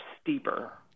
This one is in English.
steeper